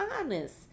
honest